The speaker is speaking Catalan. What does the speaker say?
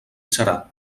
serà